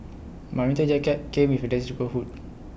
my winter jacket came with A detachable hood